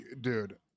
dude